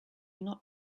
not